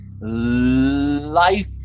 life